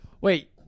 Wait